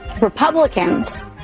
Republicans